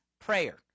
prayer